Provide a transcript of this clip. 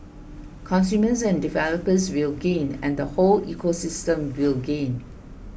consumers and developers will gain and the whole ecosystem will gain